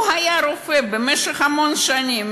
הוא היה רופא במשך המון שנים,